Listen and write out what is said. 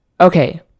Okay